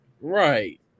right